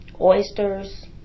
oysters